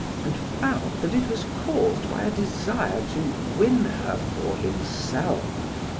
and found that it was caused by a desire to win her for himself.